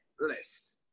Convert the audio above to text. list